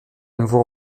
nouveau